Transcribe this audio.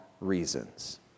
reasons